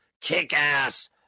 kick-ass